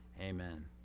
Amen